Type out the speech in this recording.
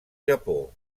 japó